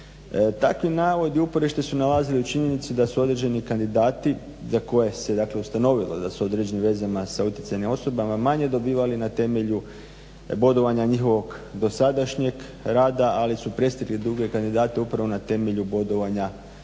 Takvi navodi i uporište su nalazili u činjenici da su određeni kandidati za koje se ustanovilo da su u određenim vezama sa utjecajnim osobama manje dobivali na temelju bodovanja njihovog dosadašnjeg rada ali su prestigli druge kandidate upravo na temelju bodovanja usmenog